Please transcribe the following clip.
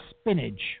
spinach